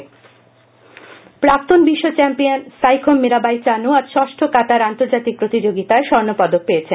মীর়াবাই চানু প্রাক্তন বিশ্ব চ্যাম্পিয়ন সাইখোম মীরাবাই চানু আজ ষষ্ঠ কাতার আন্তর্জাতিক প্রতিযোগিতায় স্বর্ণপদক পেয়েছেন